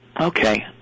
Okay